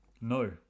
No